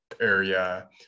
area